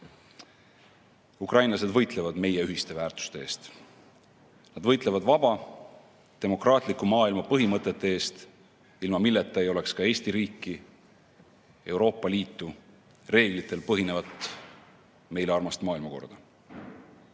kohut. Ukrainlased võitlevad meie ühiste väärtuste eest. Nad võitlevad vaba demokraatliku maailma põhimõtete eest, ilma milleta ei oleks ka Eesti riiki, Euroopa Liitu, reeglitel põhinevat meile armsat maailmakorda.